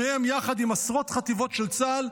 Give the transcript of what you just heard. שניהם יחד עם עשרות חטיבות של צה"ל,